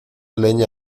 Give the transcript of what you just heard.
leña